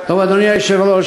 טוב, אדוני היושב-ראש,